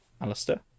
Alistair